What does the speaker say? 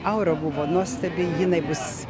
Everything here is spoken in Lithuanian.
aura buvo nuostabi jinai bus